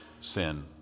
sin